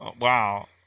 Wow